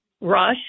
Rush